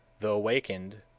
the awakened,